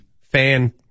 fan